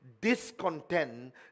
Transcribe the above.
Discontent